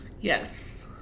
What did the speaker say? Yes